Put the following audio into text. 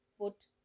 put